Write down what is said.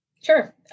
Sure